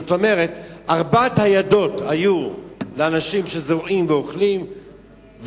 זאת אומרת: ארבע הידות היו לאנשים שזורעים ואוכלים,